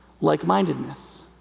like-mindedness